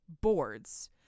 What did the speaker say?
boards